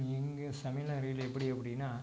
எங்கள் சமையல் அறையில் எப்படி அப்படின்னா